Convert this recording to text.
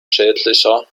schädlicher